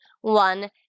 one